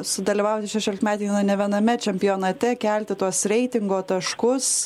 sudalyvauti šešiolimetei ne viename čempionate kelti tuos reitingo taškus